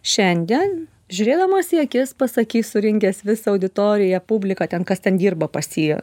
šiandien žiūrėdamas į akis pasakys surinkęs visą auditoriją publiką ten kas ten dirba pas jį